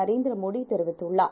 நரேந்திரமோடிதெரிவித்துள்ளார்